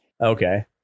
Okay